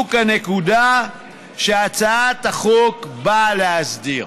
בדיוק הנקודה שהצעת החוק באה להסדיר.